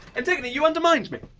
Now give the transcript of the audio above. antigone, you undermined me!